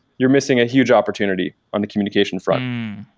you're missing a huge opportunity on the communication front.